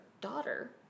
daughter